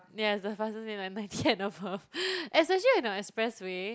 yeah it's the fastest lane like ninety and above especially at the expressway